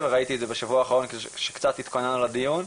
וראיתי את זה בשבוע האחרון כשקצת התכוננו לדיון.